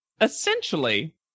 essentially